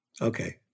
Okay